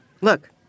look